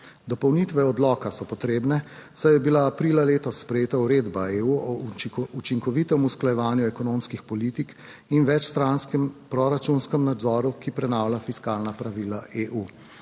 Dopolnitve odloka so potrebne, saj je bila aprila letos sprejeta uredba EU o učinkovitem usklajevanju ekonomskih politik in večstranskem proračunskem nadzoru, ki prenavlja fiskalna pravila EU.